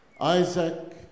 Isaac